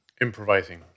Improvising